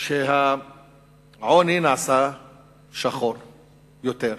שהעוני נעשה שחור יותר.